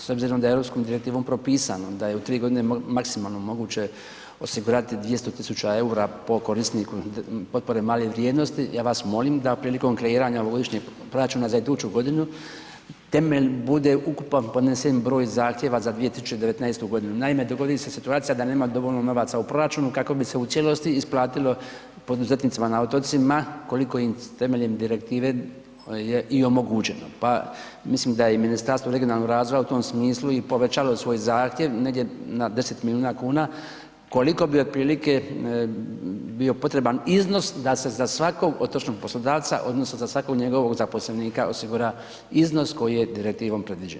S obzirom da je europskom direktivom propisano da je u 3 g. maksimalno moguće osigurati 200 000 eura po korisniku potpore male vrijednosti, ja vas molim da prilikom kreiranja godišnjeg proračuna za iduću godinu, temelj bude ukupan podnesen broj zahtjeva za 2019. g., naime dogodi se situacija da nema dovoljno novaca u proračunu kako bi se u cijelosti isplatilo poduzetnicima na otocima koliko im temeljem direktive je i omogućeno pa mislim da je i Ministarstvo regionalnog razvoja u tom smislu i povećalo svoj zahtjev negdje na 10 milijuna kuna, koliko bi otprilike bio potreban iznos da se za svakog otočnog poslodavca odnosno za svakog njegovog zaposlenika osigura iznos koji je direktivom predviđen, hvala.